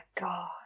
God